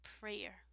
prayer